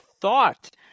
thought